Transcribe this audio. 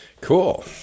Cool